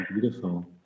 Beautiful